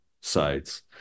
sides